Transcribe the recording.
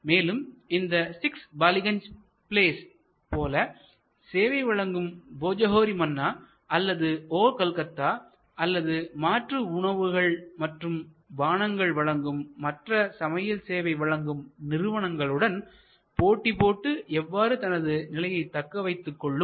மேலும் இந்த 6 பாலிகஞ்ச் ப்ளேஸ் போல சேவை வழங்கும் போஜோஹோரி மன்னா அல்லது ஓ கல்கத்தா அல்லது மாற்று உணவுகள் மற்றும் பானங்களை வழங்கும் மற்ற சமையல் சேவை வழங்கும் நிறுவனங்களுடன் போட்டிபோட்டு எவ்வாறு தனது நிலையை தக்க வைத்துக் கொள்ளும்